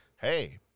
hey